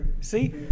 See